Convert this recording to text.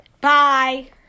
Bye